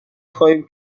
خواهیم